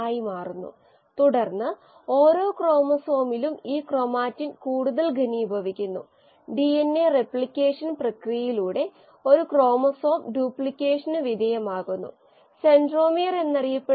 അതിനാൽ നമ്മുടെ ഉത്തരത്തിന്റെ ഈ ചിത്രം എല്ലായ്പ്പോഴും മനസ്സിൽ സൂക്ഷിക്കുകയും അത് പരിശോധിക്കുകയും വേണം ദയവായി ഓരോ തവണയും ഇത് ചെയ്യുക അടുത്ത പ്രാക്ടീസ് പ്രോബ്ലം ചെയ്യുമ്പോൾ ഞാൻ ഇത് വീണ്ടും ഊന്നിപ്പറയുന്നു